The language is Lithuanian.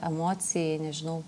emocijai nežinau